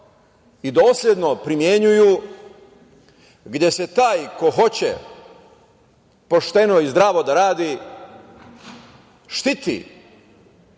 i dosledno primenjuju, gde se taj ko hoće pošteno i zdravo da radi štiti